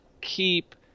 keep